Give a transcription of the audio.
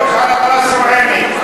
עלא ראסי ועינִי.